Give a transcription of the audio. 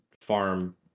farm